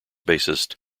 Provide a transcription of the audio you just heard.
bassist